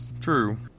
True